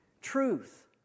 truth